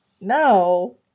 No